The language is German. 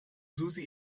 susi